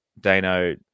Dano